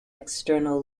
external